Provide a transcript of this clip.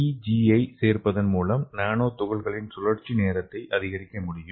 PEG ஐ சேர்ப்பதன் மூலம் நானோ துகள்களின் சுழற்சி நேரத்தை அதிகரிக்க முடியும்